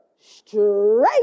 straight